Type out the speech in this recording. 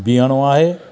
बीहणो आहे